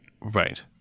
Right